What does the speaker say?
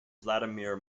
vladimir